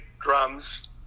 drums